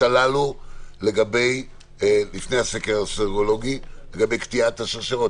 הללו לפני הסקר הסרולוגי לגבי קטיעת השרשראות?